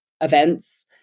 events